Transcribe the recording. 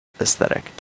aesthetic